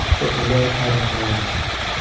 but to learn how to handle it.